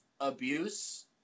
abuse